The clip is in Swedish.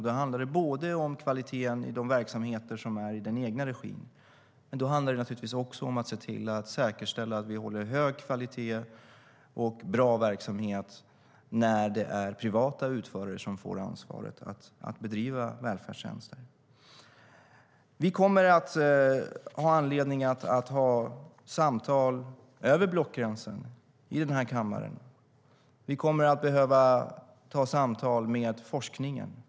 Det handlar om kvaliteten i de verksamheter som är i egen regi, men det handlar naturligtvis också om att se till att säkerställa att man håller hög kvalitet och har bra verksamhet när det är privata utförare som får ansvaret att bedriva välfärdstjänster. Vi kommer att ha anledning att föra samtal över blockgränsen i denna kammare. Vi kommer att behöva föra samtal med forskningen.